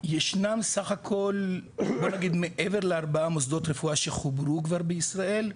ישנם סך הכל בוא נגיד מעבר לארבעה מוסדות הרפואה שחוברו כבר בישראל,